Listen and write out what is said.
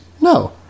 No